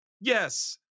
yes